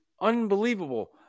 Unbelievable